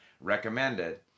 recommended